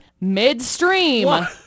midstream